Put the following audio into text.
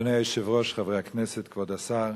אדוני היושב-ראש, חברי הכנסת, כבוד השר,